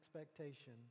expectation